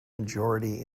majority